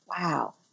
wow